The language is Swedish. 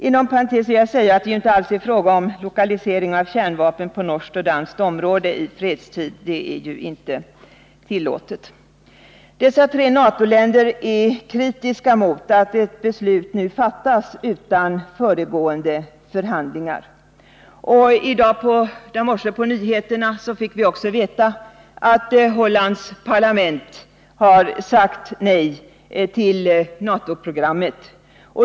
Inom parentes vill jag säga att det ju inte alls är fråga om lokalisering av kärnvapen på norskt och danskt område i fredstid — det är ju inte tillåtet. Dessa tre NATO-länder är kritiska mot att ett beslut fattas nu utan föregående förhandlingar. I morse fick vi också veta genom nyheterna att Hollands parlament har sagt nej till NATO-programmet.